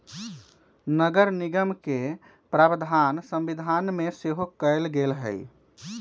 नगरनिगम के प्रावधान संविधान में सेहो कयल गेल हई